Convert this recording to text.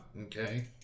okay